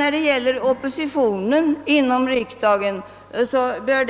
Särskilt oppositionen i riksdagen bör